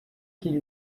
qui